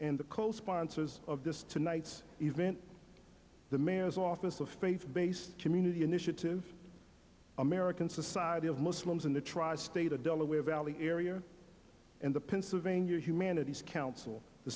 and the co sponsors of this tonight's event the mayor's office of faith based community initiative american society of muslims in the tri state of delaware valley area and the pennsylvania humanities council the